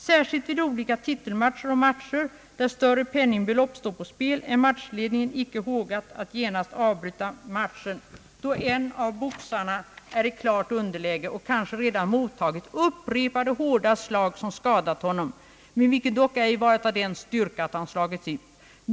Särskilt vid olika titelmatcher och matcher, där större penningbelopp står på spel, är matchledningen icke hågad att genast bryta matehen, då en av boxarna är i klart underläge och kanske redan mottagit upprepade hårda slag, som skadat honom, men vilka dock ej varit av den styrka, att han slagits ut.